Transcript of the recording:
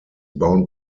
bound